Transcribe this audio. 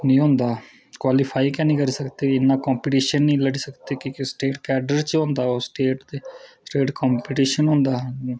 नीं होंदा ऐ कुआलीफाई गै नीं करी सकदे इन्ना कम्पिटीशन गै नी लड़ी सकदे कि जे स्टेट कार्डर च गै होंदा ऐ स्टेट कम्पिटीशन होंदा ऐ